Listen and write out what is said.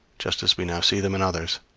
just as we now see them in others.